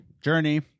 Journey